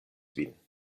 vin